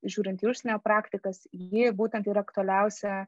žiūrint į užsienio praktikas ji būtent yra aktualiausia